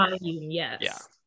yes